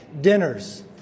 Dinners